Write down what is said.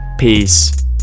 Peace